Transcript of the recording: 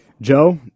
Joe